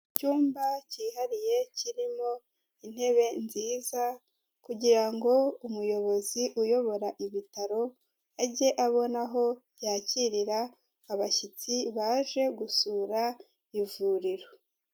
Icyumba cyihariye, kirimo intebe nziza, kugira ngo umuyobozi uyobora ibitaro, ajye abona aho yakirira abashyitsi baje gusura ivuriro.